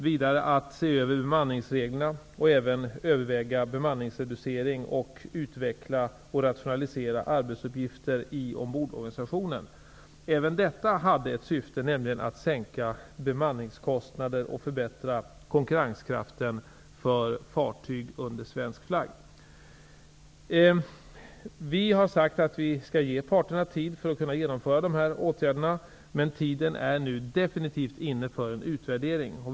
Vidare sades att man skulle se över bemanningsreglerna och även överväga bemanningsreducering och utveckla och rationalisera arbetsuppgifter i ombordorganisationen. Även detta hade ett syfte, nämligen att sänka bemanningskostnaderna och förbättra konkurrenskraften för fartyg under svensk flagg. Vi har sagt att vi skall ge parterna tid för att kunna genomföra dessa åtgärder. Men tiden är nu definitivt inne för en utvärdering.